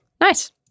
Nice